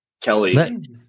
Kelly